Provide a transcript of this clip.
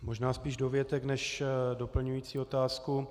Možná spíš dovětek než doplňující otázku.